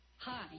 Hi